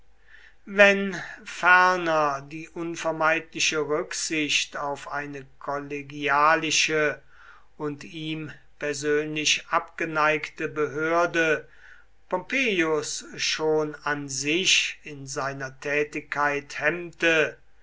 wenn ferner die unvermeidliche rücksicht auf eine kollegialische und ihm persönlich abgeneigte behörde pompeius schon an sich in seiner tätigkeit hemmte